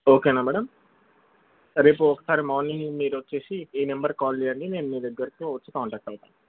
ఓకేనా మేడమ్ రేపు ఒకసారి మార్నింగ్ను మీరు వచ్చేసి ఈ నంబర్కి కాల్ చేయండి నేను మీ దగ్గరికి వచ్చి కాంటాక్ట్ చేస్తాను